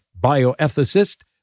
bioethicist